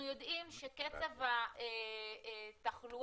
אנחנו יודעים שקצב התחלואה,